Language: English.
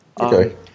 okay